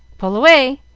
pull away!